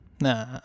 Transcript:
nah